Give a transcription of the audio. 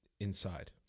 inside